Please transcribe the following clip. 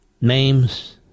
names